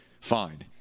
fine